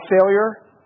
failure